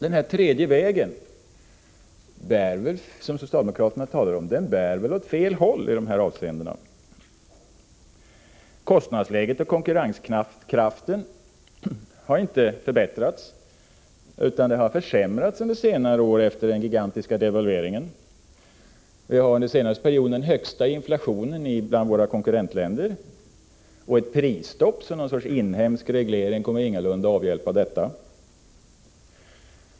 Den tredje väg som socialdemokraterna talar om bär väl åt fel håll i de här avseendena. Kostnadsläget för konkurrenskraften har inte förbättrats, utan konkurrenskraften har försämrats under senare år, efter den gigantiska devalveringen. Sverige har under den senaste perioden den högsta inflatio nen, jämförd med konkurrentländernas, och ett prisstopp, som någon sorts inhemsk reglering, kommer ingalunda att avhjälpa detta.